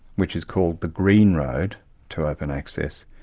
which is called the green road to open access,